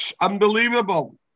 Unbelievable